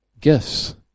gifts